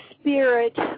Spirit